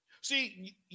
see